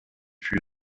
fut